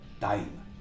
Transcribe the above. time